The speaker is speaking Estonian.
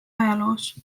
ajaloos